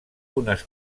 unes